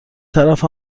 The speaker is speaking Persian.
طرف